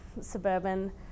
suburban